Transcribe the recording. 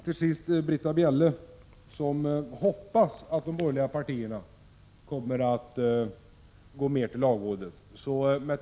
Till sist några ord till Britta Bjelle, som hoppas att de borgerliga partierna — om de får regera - kommer att vända sig till lagrådet mer än den socialdemokratiska regeringen gör.